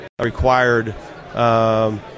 required